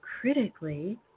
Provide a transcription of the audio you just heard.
critically